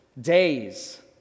days